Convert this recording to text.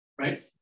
Right